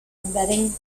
embedding